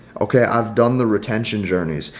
okay, i've done the retention journeys.